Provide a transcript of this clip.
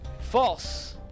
False